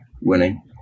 Winning